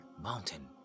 mountain